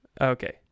okay